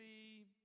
see